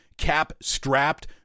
Cap-strapped